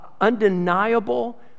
undeniable